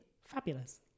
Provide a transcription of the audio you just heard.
Fabulous